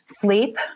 Sleep